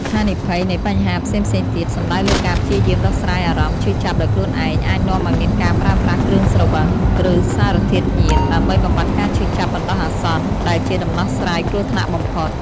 ហានិភ័យនៃបញ្ហាផ្សេងៗទៀត សំដៅលើការព្យាយាមដោះស្រាយអារម្មណ៍ឈឺចាប់ដោយខ្លួនឯង អាចនាំឱ្យមានការប្រើប្រាស់គ្រឿងស្រវឹង ឬសារធាតុញៀន ដើម្បីបំបាត់ការឈឺចាប់បណ្តោះអាសន្ន ដែលជាដំណោះស្រាយគ្រោះថ្នាក់ បំផុត។